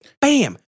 bam